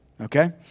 Okay